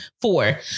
four